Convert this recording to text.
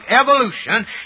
evolution